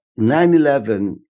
9-11